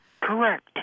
correct